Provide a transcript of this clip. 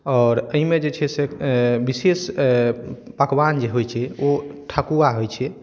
आओर एहिमे जे छै से विशेष पकवान जे होइ छै ओ ठकुआ होइ छै